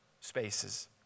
spaces